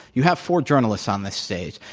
you have four journalists on this stage.